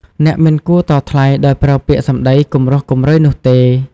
អ្នកមិនគួរតថ្លៃដោយប្រើពាក្យសំដីគំរោះគំរើយនោះទេ។